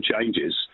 changes